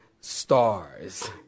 stars